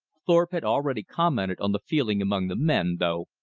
thorpe had already commented on the feeling among the men, though,